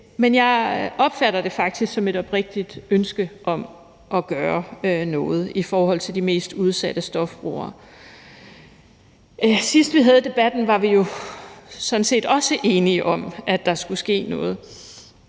Men jeg opfatter det faktisk som et oprigtigt ønske om at gøre noget i forhold til de mest udsatte stofbrugere. Sidst vi havde debatten, var vi jo sådan set også enige om, at der skulle ske noget